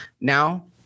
now